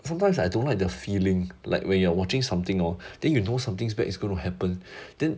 sometimes I don't like the feeling like when you're watching something hor thing you know something bad it's gonna happen then